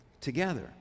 together